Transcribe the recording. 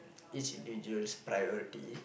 each individual's priority